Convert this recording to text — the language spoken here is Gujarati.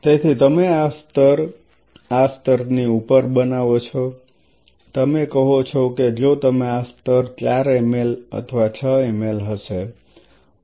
તેથી તમે આ સ્તર આ સ્તર ની ઉપર બનાવો છો તમે કહો છો કે જો તમે આ સ્તર 4 મિલી અથવા 6 મિલી હશે